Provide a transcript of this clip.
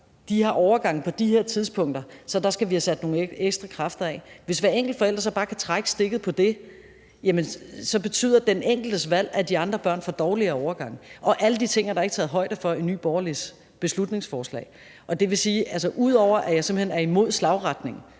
De har overgange på de her tidspunkter, så der skal vi have sat nogle ekstra kræfter af. Kl. 15:01 Hvis hver enkelt forælder så bare kan trække stikket på det, betyder den enkeltes valg, at de andre børn får dårligere overgange. Alle de ting er der ikke taget højde for i Nye Borgerliges beslutningsforslag. Det vil sige, at ud over at jeg simpelt hen er imod slagsiden,